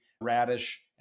Radish